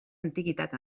antiguitat